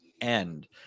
end